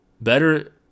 Better